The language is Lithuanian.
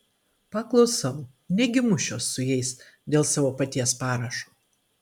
paklusau negi mušiuos su jais dėl savo paties parašo